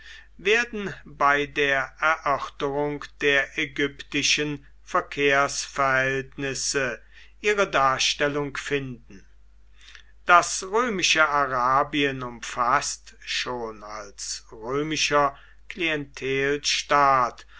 werden bei der erörterung der ägyptischen verkehrsverhältnisse ihre darstellung finden das römische arabien umfaßt schon als römischer